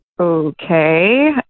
Okay